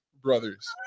Brothers